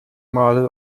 mal